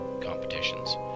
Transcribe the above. competitions